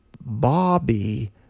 bobby